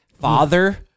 father